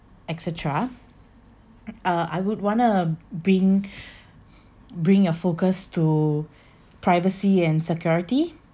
et cetera uh I would want to bring bring your focus to privacy and security